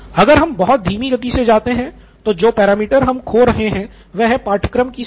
अगर हम बहुत धीमी गति से जाते हैं तो जो पैरामीटर हम खो रहे हैं वह है पाठ्यक्रम की सीमा